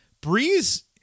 Breeze